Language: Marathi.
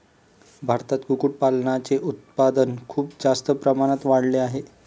भारतात कुक्कुटपालनाचे उत्पादन खूप जास्त प्रमाणात वाढले आहे